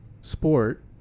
sport